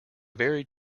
very